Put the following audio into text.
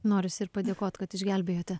norisi padėkot kad išgelbėjote